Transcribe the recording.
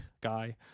guy